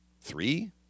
Three